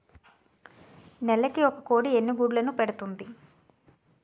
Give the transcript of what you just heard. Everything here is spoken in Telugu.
నెలకి ఒక కోడి ఎన్ని గుడ్లను పెడుతుంది?